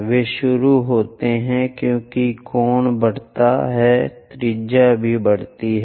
वे शुरू करते हैं क्योंकि कोण बढ़ता है त्रिज्या भी बढ़ता है